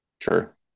Sure